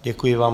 Děkuji vám.